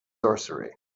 sorcery